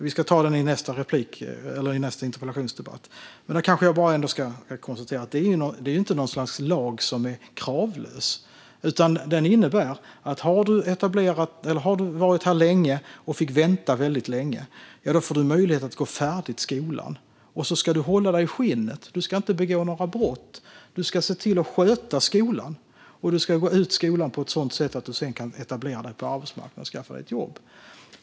Vi kommer att tala om den under nästa interpellationsdebatt. Men jag kan konstatera att det inte är en kravlös lag. Den innebär att om man hade varit här länge och fick vänta väldigt länge fick man en möjlighet att gå klart skolan. Man ska även hålla sig i skinnet och inte begå några brott. Man ska sköta skolan och gå ut den på ett sådant sätt att man sedan kan etablera sig på arbetsmarknaden, skaffa sig ett jobb.